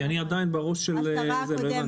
כי אני עדיין בראש של --- לא הבנתי.